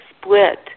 split